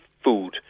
food